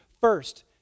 first